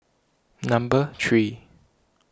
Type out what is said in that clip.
number three